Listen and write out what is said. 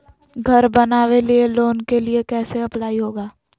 घर बनावे लिय लोन के लिए कैसे अप्लाई होगा?